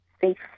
safe